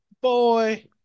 boy